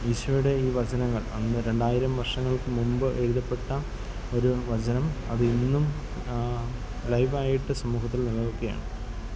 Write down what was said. ഈശോയുടെ ഈ വചനങ്ങൾ അന്ന് രണ്ടായിരം വർഷങ്ങൾക്ക് മുമ്പ് എഴുതപ്പെട്ട ഒരു വചനം അതിന്നും ലൈവായിട്ട് സമൂഹത്തിൽ നിലനിൽക്കുകയാണ്